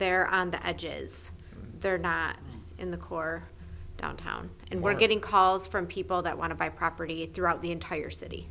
they're on the edges they're not in the core downtown and we're getting calls from people that want to buy property throughout the entire city